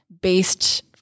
based